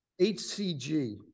HCG